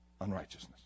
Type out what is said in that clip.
unrighteousness